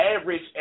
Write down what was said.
average